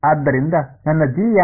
ಆದ್ದರಿಂದ ನನ್ನ ಜಿ ಯಾವುದು